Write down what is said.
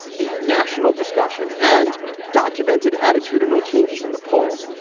a national discussion and documented attitudinal changes in the polls,